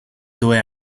due